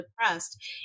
depressed